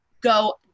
go